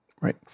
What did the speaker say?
right